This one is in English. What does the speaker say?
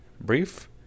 Brief